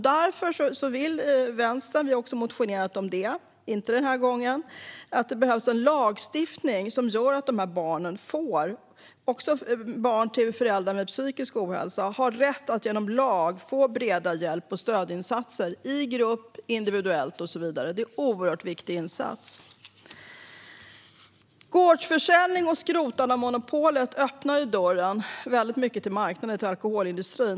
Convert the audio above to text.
Därför tycker Vänstern - vi har motionerat om det tidigare, men inte den här gången - att det behövs en lagstiftning som innebär att de här barnen och barn till föräldrar med psykisk ohälsa ska ha rätt att genom lag få breda hjälp och stödinsatser, i grupp, individuellt och så vidare. Det är en oerhört viktig insats. Gårdsförsäljning och skrotande av monopolet öppnar dörren till marknaden för alkoholindustrin.